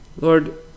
lord